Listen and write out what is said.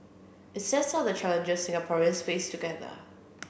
it sets out the challenges Singaporeans face together